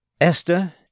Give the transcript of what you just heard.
Esther